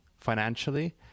financially